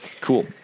Cool